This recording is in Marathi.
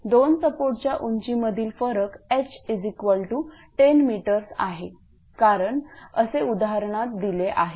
दोन सपोर्टच्या उंची मधील फरक h10 m आहे कारण असे उदाहरणत दिले आहे